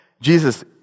Jesus